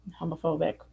homophobic